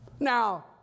Now